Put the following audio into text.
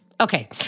Okay